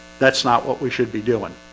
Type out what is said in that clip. that's not what we should be doing